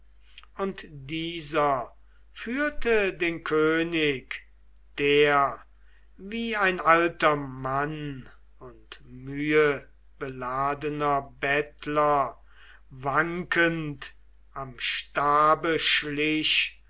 und dieser führte den könig der wie ein alter mann und mühebeladener bettler wankend am stabe schlich